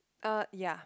uh ya